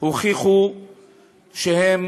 הוכיחו שהם